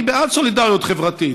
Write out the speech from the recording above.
אני בעד סולידריות חברתית,